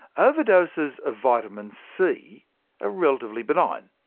ah overdoses of vitamin c are relatively benign.